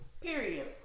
period